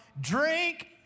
Drink